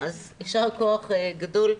אז יישר כוח גדול.